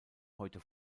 heute